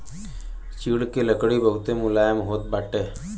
चीड़ के लकड़ी बहुते मुलायम होत बाटे